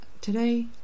today